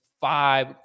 five